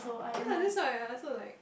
ya that's why I also like